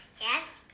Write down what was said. Yes